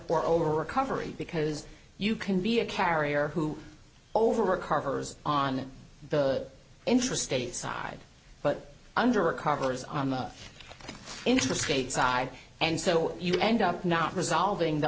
or over recovery because you can be a carrier who over a carver's on the interstate side but undercover is on the interstate side and so you end up not resolving the